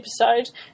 episode